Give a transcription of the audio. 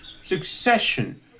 succession